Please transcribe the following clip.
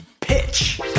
pitch